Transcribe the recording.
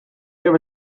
there